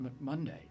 Monday